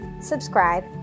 subscribe